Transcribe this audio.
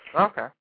Okay